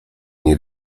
nie